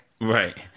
Right